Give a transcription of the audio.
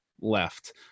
left